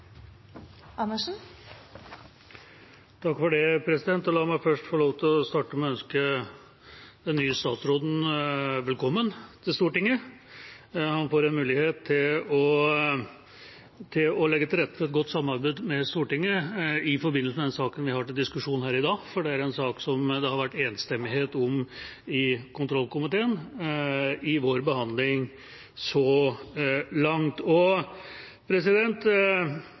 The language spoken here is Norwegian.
lønnstak for ledere i staten som skal være tilsvarende statsministerens lønn. På den bakgrunn kommer SV til å stemme imot forslaget. Flere har ikke bedt om ordet til sak nr. 1. La meg få lov til å starte med å ønske den nye statsråden velkommen til Stortinget. Han får en mulighet til å legge til rette for et godt samarbeid med Stortinget i forbindelse med den saken vi har til diskusjon her i dag, for det er en sak som det